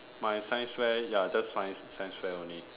my science fair ya just science science fair only